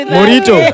Morito